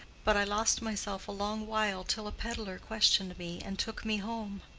but i lost myself a long while till a peddler questioned me and took me home.